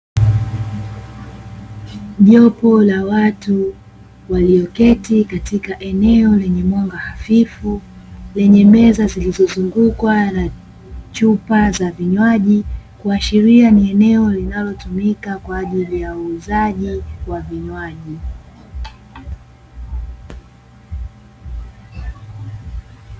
Jopo la watu walioketi katika eneo lenye mwanga hafifu lenye meza zilizozungukwa na chupa za vinywaji kuashiria ni eneo linalotumika kwa uuzaji wa vinywaji.